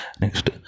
next